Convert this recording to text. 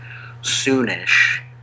soonish